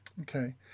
Okay